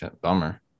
bummer